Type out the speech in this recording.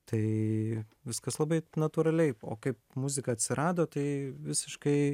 tai viskas labai natūraliai o kaip muzika atsirado tai visiškai